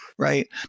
Right